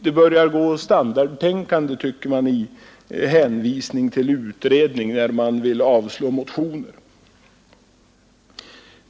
Det börjar gå standardtänkande i hänvisandet till utredningar när man vill avstyrka motioner.